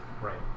Right